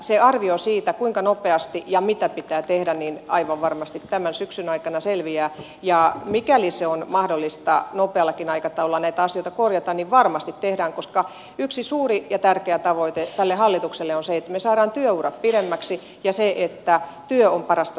se arvio siitä kuinka nopeasti ja mitä pitää tehdä aivan varmasti tämän syksyn aikana selviää ja mikäli on mahdollista nopeallakin aikataululla näitä asioita korjata niin varmasti tehdään koska yksi suuri ja tärkeä tavoite tälle hallitukselle on se että me saamme työurat pidemmiksi ja se että työ on parasta sosiaaliturvaa